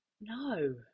no